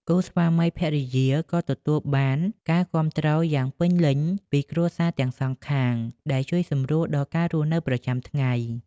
គូស្វាមីភរិយាក៏ទទួលបាន ការគាំទ្រយ៉ាងពេញលេញពីគ្រួសារទាំងសងខាង ដែលជួយសម្រួលដល់ការរស់នៅប្រចាំថ្ងៃ។